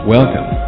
Welcome